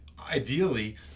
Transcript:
Ideally